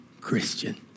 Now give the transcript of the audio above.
Christian